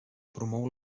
promou